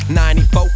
94